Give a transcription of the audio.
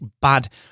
bad